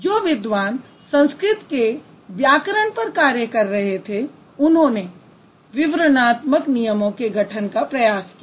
जो विद्वान संस्कृत के व्याकरण पर कार्य कर रहे थे उन्होंने विवरणात्मक नियमों के गठन का प्रयास किया